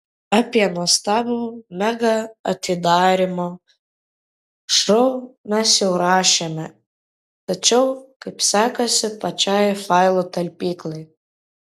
apie nuostabų mega atidarymo šou mes jau rašėme tačiau kaip sekasi pačiai failų talpyklai